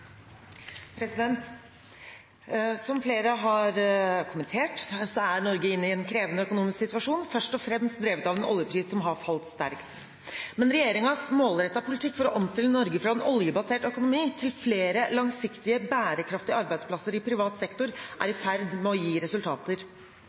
Norge inne i en krevende økonomisk situasjon, først og fremst drevet av en oljepris som har falt sterkt. Men regjeringens målrettede politikk for å omstille Norge fra en oljebasert økonomi til flere langsiktige bærekraftige arbeidsplasser i privat sektor er